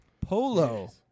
Polo